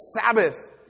Sabbath